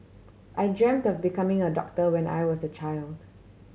I dreamt of becoming a doctor when I was a child